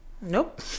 Nope